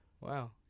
Wow